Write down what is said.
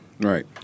Right